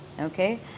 Okay